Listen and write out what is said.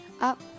up